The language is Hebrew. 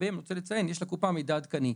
שלגביהם אני רוצה לציין, יש לקופה מידע עדכני.